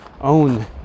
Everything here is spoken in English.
own